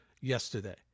yesterday